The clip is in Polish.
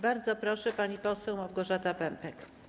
Bardzo proszę, pani poseł Małgorzata Pępek.